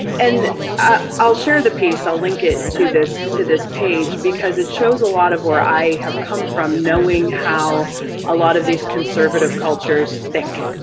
and ah i'll share the piece, i'll link it to this to this page, because it shows a lot of where i have come from, knowing how a lot of these conservative cultures think,